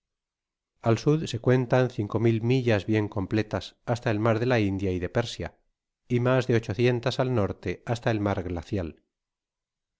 al sud se cuentan cinco mil'millas bien completas hasta el mar de la india y de persia y mas de ochocientas al norte hasta el mar glacial